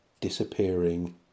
disappearing